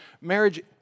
marriage